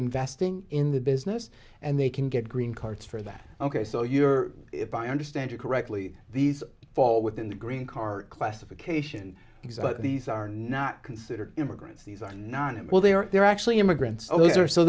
investing in the business and they can get green cards for that ok so you're if i understand you correctly these fall within the green car classification because these are not considered immigrants these are not it well they are they're actually immigrants